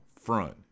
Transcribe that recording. Front